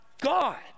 God